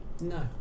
no